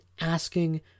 asking